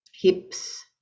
hips